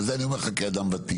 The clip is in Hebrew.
וזה אני אומר לך כאדם ותיק,